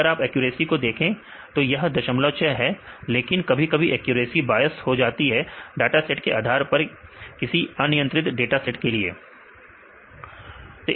अगर आप एक्यूरेसी देखें तो यह 06 है लेकिन कभी कभी एक्यूरेसी बायस हो जाती है डाटा सेट के आधार पर किसी अनियंत्रित डाटा सेट के लिए